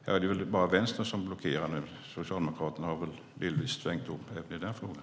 Det är väl bara Vänstern som blockerar nu. Socialdemokraterna har delvis tänkt om i den frågan.